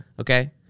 Okay